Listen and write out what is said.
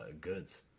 goods